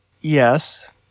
Yes